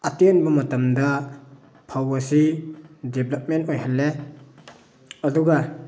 ꯑꯇꯦꯟꯕ ꯃꯇꯝꯗ ꯐꯧ ꯑꯁꯤ ꯗꯤꯕꯂꯞꯃꯦꯟ ꯑꯣꯏꯍꯜꯂꯦ ꯑꯗꯨꯒ